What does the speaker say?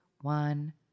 one